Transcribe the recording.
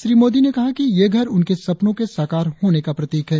श्री मोदी ने कहा कि ये घर उनके सपनों के साकार होने का प्रतीक है